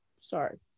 Sorry